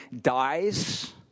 dies